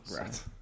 Right